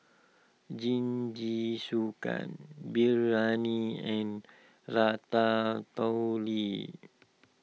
Jingisukan Biryani and Ratatouille